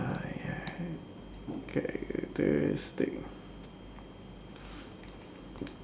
characteristic